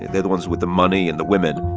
they're the ones with the money and the women